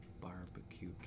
Barbecue